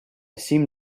seem